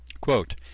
Quote